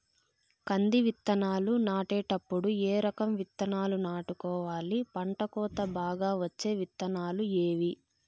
కంది విత్తనాలు నాటేటప్పుడు ఏ రకం విత్తనాలు నాటుకోవాలి, పంట కోత బాగా వచ్చే విత్తనాలు ఏవీ?